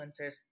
influencers